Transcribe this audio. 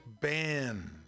ban